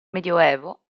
medioevo